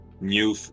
new